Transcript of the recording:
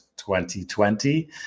2020